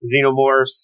xenomorphs